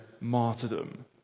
martyrdom